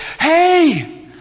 Hey